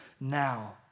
now